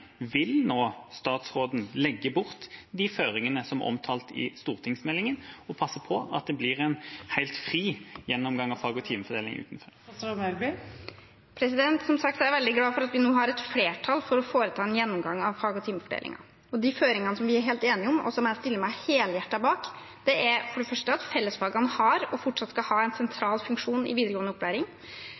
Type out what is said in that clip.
Vil statsråden nå legge bort de føringene som er omtalt i stortingsmeldinga, og passe på at det blir en helt fri gjennomgang av fag- og timefordelingen? Som sagt er jeg veldig glad for at vi nå har et flertall for å foreta en gjennomgang av fag- og timefordelingen. De føringene vi er helt enige om, og som jeg stiller meg helhjertet bak, er for det første at fellesfagene har, og skal fortsatt ha, en sentral funksjon i videregående opplæring.